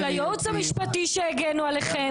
של הייעוץ המשפטי שהגנו עליכם.